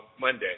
Monday